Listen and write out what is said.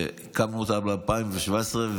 שהקמנו אותה ב-2017,